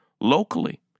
locally